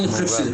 היום נפתח שטח,